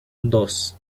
dos